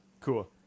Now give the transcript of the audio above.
Cool